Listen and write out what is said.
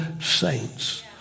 saints